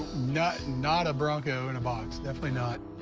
not not a bronco in a box, definitely not.